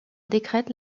décrète